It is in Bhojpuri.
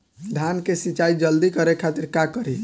धान के सिंचाई जल्दी करे खातिर का करी?